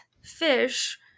fish